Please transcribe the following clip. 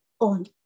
on